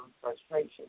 frustration